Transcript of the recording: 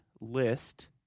list